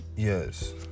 Yes